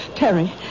Terry